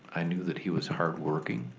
i knew that he was hardworking,